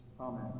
Amen